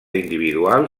individual